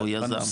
או יזם?